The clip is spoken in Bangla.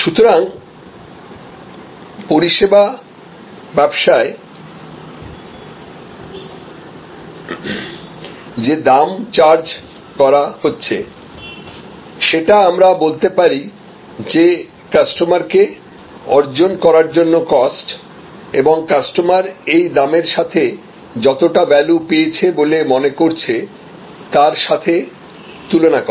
সুতরাং পরিষেবা ব্যবসায় যে দাম চার্জ করা হচ্ছে সেটা আমরা বলতে পারি যে কাস্টমারকে অর্জন করার জন্য কস্ট এবং কাস্টমার এই দামের সাথে যতটা ভ্যালু পেয়েছে বলে মনে করছে তার সাথে তুলনা করে